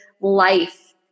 life